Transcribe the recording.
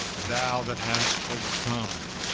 thou that hast overcome!